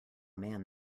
man